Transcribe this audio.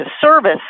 service